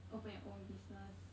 open your own business